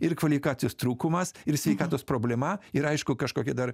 ir kvalifikacijos trūkumas ir sveikatos problema ir aišku kažkokie dar